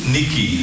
Nikki